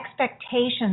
expectations